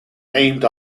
named